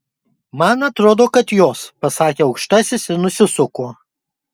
man atrodo kad jos pasakė aukštasis ir nusisuko